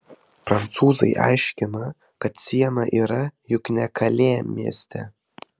prancūzai aiškina kad siena yra juk ne kalė mieste